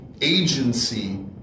agency